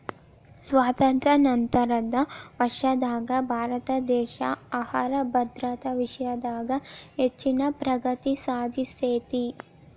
ಸ್ವಾತಂತ್ರ್ಯ ನಂತರದ ವರ್ಷದಾಗ ಭಾರತದೇಶ ಆಹಾರ ಭದ್ರತಾ ವಿಷಯದಾಗ ಹೆಚ್ಚಿನ ಪ್ರಗತಿ ಸಾಧಿಸೇತಿ